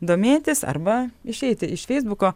domėtis arba išeiti iš feisbuko